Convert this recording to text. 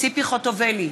ציפי חוטובלי,